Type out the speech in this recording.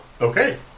Okay